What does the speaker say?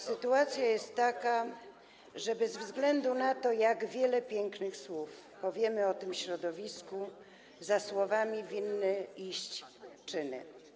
Sytuacja jest taka, że bez względu na to, jak wiele pięknych słów powiemy o tym środowisku, za słowami winny iść czyny.